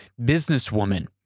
businesswoman